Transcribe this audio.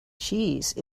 cheese